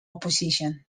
opposition